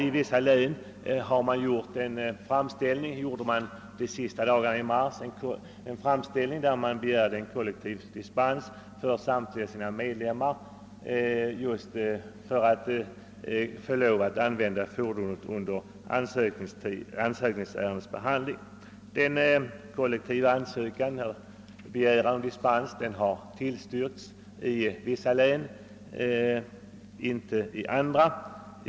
I vissa län gjorde ifrågavarande organisationer de sista dagarna i mars en framställning med begäran om kollektiv dispens för samtliga organisationers medlemmar att använda fordonen under den tid ansökningarna behandlades. Begäran om dispens har tillstyrkts i en del län men inte i andra.